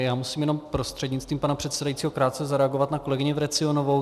Já musím jenom prostřednictvím pana předsedajícího krátce zareagovat na kolegyni Vrecionovou.